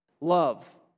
Love